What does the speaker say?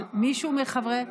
אבל מישהו מחברי,